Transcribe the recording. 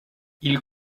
ils